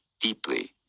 deeply